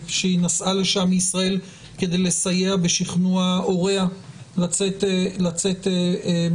היא נסעה לשם מישראל כדי לסייע בשכנוע הוריה לצאת מאוקראינה.